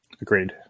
Agreed